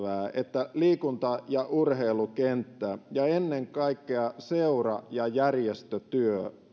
että liikunta ja urheilukenttä ja ennen kaikkea seura ja järjestötyö